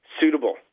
suitable